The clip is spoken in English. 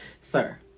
sir